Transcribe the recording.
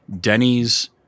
Denny's